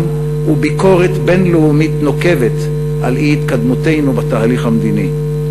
וביקורת בין-לאומית נוקבת על אי-התקדמותנו בתהליך המדיני.